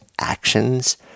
actions